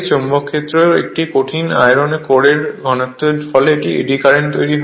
চৌম্বক ক্ষেত্রে একটি কঠিন আয়রন কোরের ঘূর্ণনের ফলে এডি কারেন্ট হয়